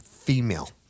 female